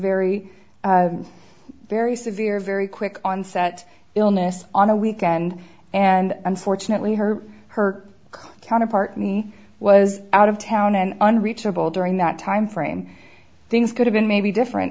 very very severe very quick onset illness on a weekend and unfortunately her her counterpart me was out of town and unreachable to in that timeframe things could have been maybe different